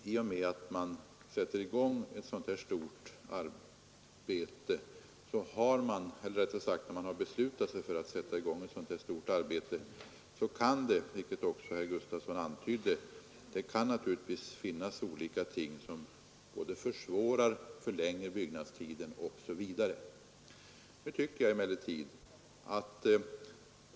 I och med att man beslutat sig för att sätta i gång ett sådant här stort arbete kan det nämligen — vilket också herr Gustafson antydde — finnas olika ting som försvårar bygget och därmed förlänger byggnadstiden.